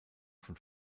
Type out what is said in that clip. von